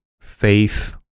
faith